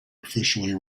officially